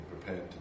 prepared